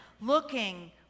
looking